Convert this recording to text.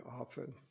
often